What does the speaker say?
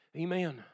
Amen